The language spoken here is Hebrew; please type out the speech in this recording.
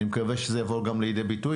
אני מקווה שזה יבוא גם לידי ביטוי.